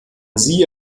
sie